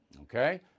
Okay